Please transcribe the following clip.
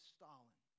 Stalin